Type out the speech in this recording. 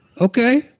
Okay